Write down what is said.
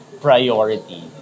priority